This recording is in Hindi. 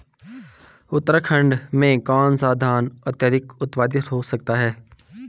उत्तराखंड में कौन सा धान अत्याधिक उत्पादित हो सकता है?